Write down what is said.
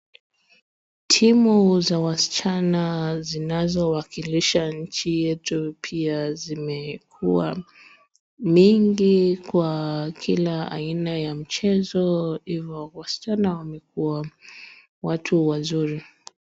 Timu za wasichana zinazowakilisha nchi yetu pia zimekuwa mingi kwa kila aina ya mchezo, hivo wasichana wamekuwa watu wazuri.